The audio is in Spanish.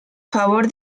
favor